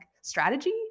strategy